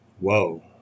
whoa